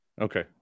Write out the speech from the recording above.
Okay